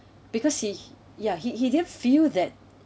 because he yeah he he didn't feel that